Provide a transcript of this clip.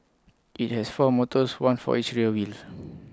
IT has four motors one for each rear wheel